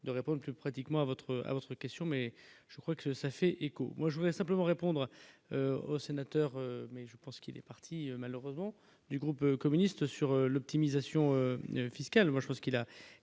de répondre pratiquement à votre à votre question, mais je crois que ça fait écho, moi je voudrais simplement répondre aux sénateurs, mais je pense qu'il est parti, malheureusement, du groupe communiste sur l'optimisation fiscale, moi je pense qu'il a